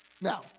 Now